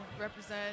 represent